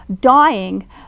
Dying